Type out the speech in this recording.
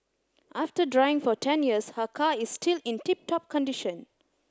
after driving for ten years her car is still in tip top condition